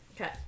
Okay